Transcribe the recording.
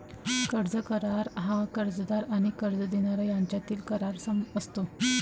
कर्ज करार हा कर्जदार आणि कर्ज देणारा यांच्यातील करार असतो